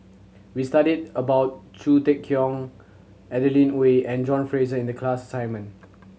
we studied about Khoo Cheng Tiong Adeline Ooi and John Fraser in the class assignment